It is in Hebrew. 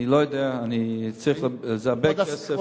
אני לא יודע, זה הרבה כסף.